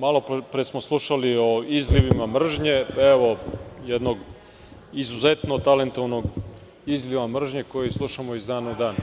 Malopre smo slušali o izlivima mržnje, evo jednog izuzetno talentovanog izliva mržnje koji slušamo iz dana u dan,